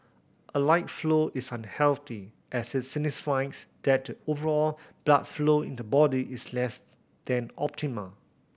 a light flow is unhealthy as it signifies that the overall blood flow in the body is less than optimal